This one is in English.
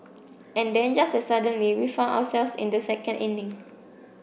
and then just as suddenly we found ourselves in the second inning